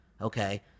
okay